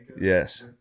Yes